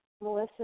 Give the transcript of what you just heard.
Melissa